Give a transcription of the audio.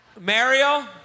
Mario